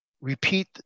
repeat